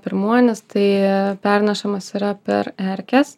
pirmuonys tai pernešamas yra per erkes